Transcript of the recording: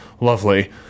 Lovely